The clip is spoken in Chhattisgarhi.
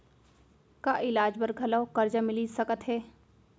का इलाज बर घलव करजा मिलिस सकत हे?